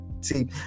See